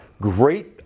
Great